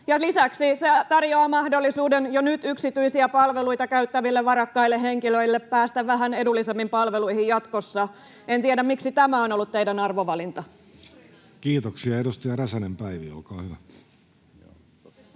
Lisäksi se tarjoaa mahdollisuuden jo nyt yksityisiä palveluita käyttäville varakkaille henkilöille päästä vähän edullisemmin palveluihin jatkossa. En tiedä, miksi tämä on ollut teidän arvovalintanne. [Speech 105] Speaker: Jussi Halla-aho